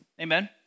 Amen